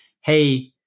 hey